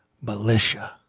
militia